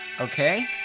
Okay